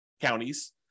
counties